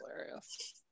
hilarious